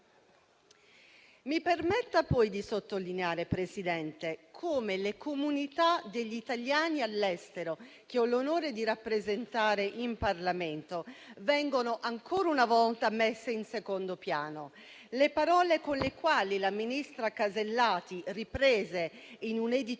Mi permetta poi di sottolineare, Presidente, come le comunità degli italiani all'estero, che ho l'onore di rappresentare in Parlamento, vengano ancora una volta messe in secondo piano. Le parole, riprese in un editoriale